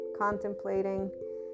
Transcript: contemplating